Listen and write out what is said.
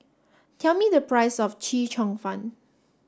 tell me the price of Chee Cheong Fun